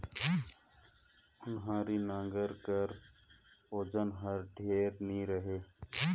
ओनारी नांगर कर ओजन हर ढेर नी रहें